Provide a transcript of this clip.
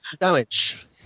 Damage